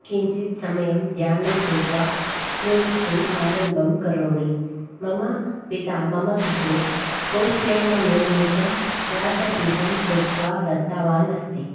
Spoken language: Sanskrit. किञ्चित् समयं ध्यानं कृत्वा लिखितुम् आरम्भं करोमि मम पिता मम कृते कोष्टेननिर्मितव्यासपीठं कृत्वा दत्तवान् अस्ति